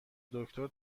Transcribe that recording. دکتر